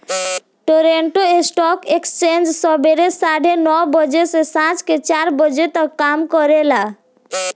Toronto stock exchange सबेरे साढ़े नौ बजे से सांझ के चार बजे तक काम करेला